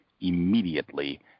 immediately